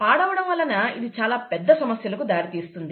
పాడవడం వలన ఇది చాలా పెద్ద సమస్యలకు దారి తీస్తుంది